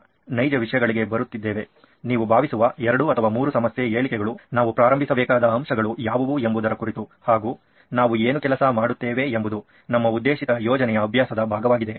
ಈಗ ನೈಜ ವಿಷಯಗಳಿಗೆ ಬರುತ್ತಿದ್ದೇವೆ ನೀವು ಭಾವಿಸುವ 2 ಅಥವಾ 3 ಸಮಸ್ಯೆ ಹೇಳಿಕೆಗಳು ನಾವು ಪ್ರಾರಂಭಿಸಬೇಕಾದ ಅಂಶಗಳು ಯಾವುವು ಎಂಬುದರ ಕುರಿತು ಹಾಗೂ ನಾವು ಏನು ಕೆಲಸ ಮಾಡುತ್ತೇವೆ ಎಂಬುದು ನಮ್ಮ ಉದ್ದೇಶಿತ ಯೋಚನೆಯ ಅಭ್ಯಾಸದ ಭಾಗವಾಗಿದೆ